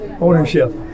ownership